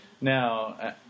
Now